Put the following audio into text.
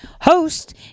host